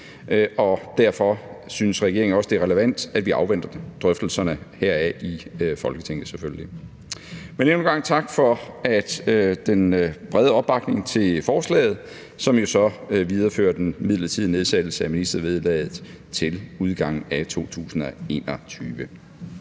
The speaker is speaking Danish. og derfor synes regeringen selvfølgelig også, det er relevant, at vi afventer drøftelserne heraf i Folketinget. Men endnu en gang tak for den brede opbakning til forslaget, som jo så viderefører den midlertidige nedsættelse af ministervederlaget til udgangen af 2021.